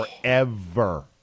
forever